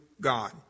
God